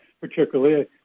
particularly